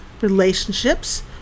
relationships